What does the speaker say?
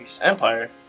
Empire